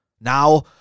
Now